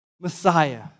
Messiah